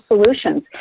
solutions